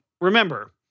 remember